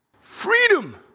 freedom